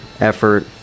effort